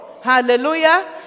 Hallelujah